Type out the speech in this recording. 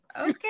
Okay